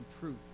truth